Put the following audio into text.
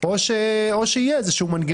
או יהיה מנגנון.